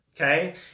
okay